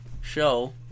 show